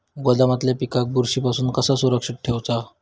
गोदामातल्या पिकाक बुरशी पासून कसा सुरक्षित ठेऊचा?